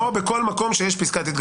כמו בכל מקום שיש פסקת התגברות.